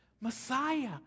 Messiah